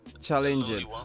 challenging